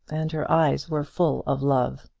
and her eyes were full of love.